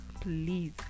please